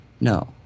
No